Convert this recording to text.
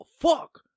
fuck